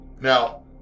Now